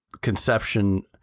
conception